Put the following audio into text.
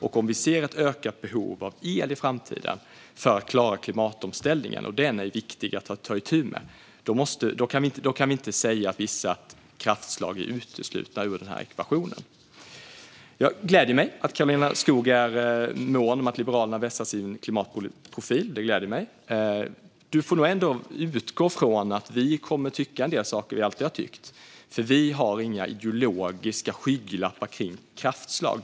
Om vi då ser ett ökat behov av el i framtiden för att klara klimatomställningen - och den är viktig att ta itu med - kan vi inte säga att vissa kraftslag är uteslutna ur ekvationen. Jag gläder mig åt att Karolina Skog är mån om att Liberalerna vässar sin klimatprofil. Hon får nog ändå utgå från att vi kommer att tycka en del saker som vi alltid har tyckt, för vi har inga ideologiska skygglappar kring kraftslag.